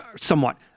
Somewhat